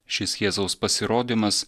šis jėzaus pasirodymas